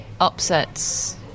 upsets